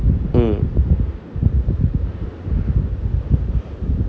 mm